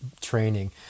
training